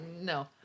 No